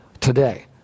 today